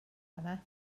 yma